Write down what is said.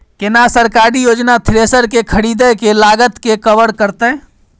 केना सरकारी योजना थ्रेसर के खरीदय के लागत के कवर करतय?